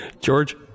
George